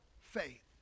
faith